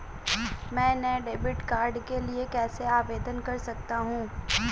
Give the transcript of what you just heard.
मैं नए debit card के लिए कैसे आवेदन कर सकता हूँ?